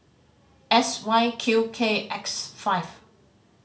S Y Q K X five